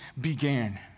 began